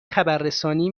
خبررسانی